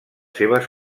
seves